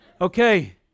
Okay